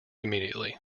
immediately